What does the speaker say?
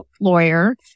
lawyer